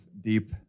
deep